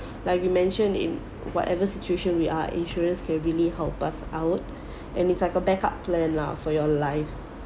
like you mention in whatever situation we are insurance can really help us out and it's like a backup plan lah for your life